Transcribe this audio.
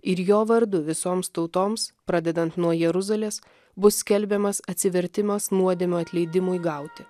ir jo vardu visoms tautoms pradedant nuo jeruzalės bus skelbiamas atsivertimas nuodėmių atleidimui gauti